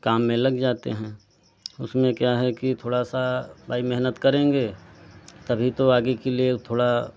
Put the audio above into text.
काम में लग जाते हैं उसमें क्या है कि थोड़ा सा भाई मेहनत करेंगे तभी तो आगे के लिए थोड़ा